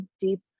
deep